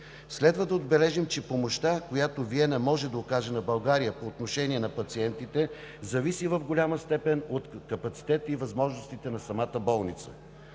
Следва да отбележим, че помощта, която Виена може да окаже на България по отношение на пациентите, зависи в голяма степен от капацитета и възможностите на самата болница.